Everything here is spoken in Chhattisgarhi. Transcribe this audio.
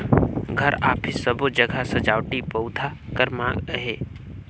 घर, अफिस सबो जघा सजावटी पउधा कर माँग अहे